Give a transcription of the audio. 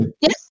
yes